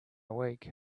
week